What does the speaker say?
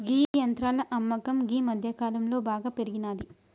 గీ యంత్రాల అమ్మకం గీ మధ్యకాలంలో బాగా పెరిగినాది